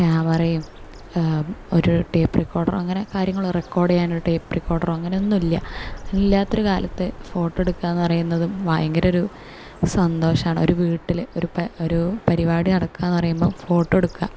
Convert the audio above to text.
ക്യാമറയും ഒരു tape recorder അങ്ങനെ റെക്കോർഡ് ചെയ്യാൻ അങ്ങനെ ടേപ്പ് റിക്കോർഡർ അങ്ങനെ ഒന്നും ഇല്ല ഇല്ലാത്തൊരു കാലത്ത് ഫോട്ടോയെടുക്കുക എന്ന് പറയുന്നത് ഭയങ്കര ഒരു സന്തോഷമാണ് ഒരു വീട്ടിൽ ഒരു ഒരു പരിപാടി നടക്കുക എന്ന് പറയുമ്പോൾ ഫോട്ടോ എടുക്കുക